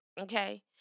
Okay